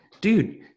Dude